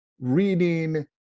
reading